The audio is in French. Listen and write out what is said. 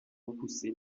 repoussé